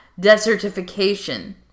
Desertification